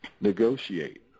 negotiate